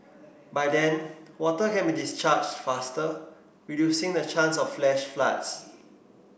by then water can be discharged faster reducing the chance of flash floods